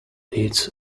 its